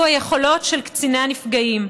אלו היכולות של קציני הנפגעים.